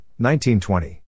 1920